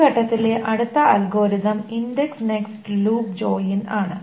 ഈ ഘട്ടത്തിലെ അടുത്ത algorithm indexed nested loop join ആണ്